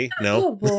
No